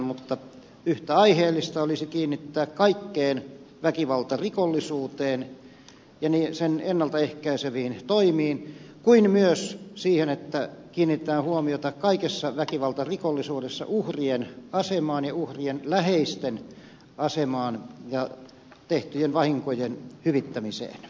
mutta yhtä aiheellista olisi kiinnittää huomiota kaikkeen väkivaltarikollisuuteen ja sitä ennalta ehkäiseviin toimiin kuin myös siihen että kiinnitetään huomiota kaikessa väkivaltarikollisuudessa uhrien asemaan ja uhrien läheisten asemaan ja tehtyjen vahinkojen hyvittämiseen